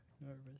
Nervous